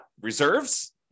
reserves